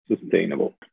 sustainable